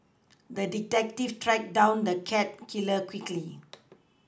the detective tracked down the cat killer quickly